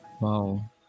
Wow